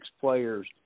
players